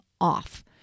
off